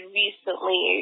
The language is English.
recently